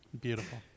Beautiful